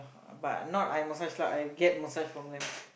uh but not I massage lah I get massage from them